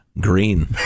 Green